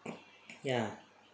ya